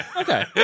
Okay